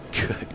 Good